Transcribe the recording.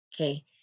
okay